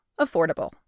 affordable